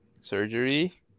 surgery